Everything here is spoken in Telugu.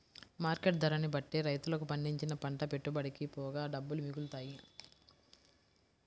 మార్కెట్ ధరని బట్టే రైతులకు పండించిన పంట పెట్టుబడికి పోగా డబ్బులు మిగులుతాయి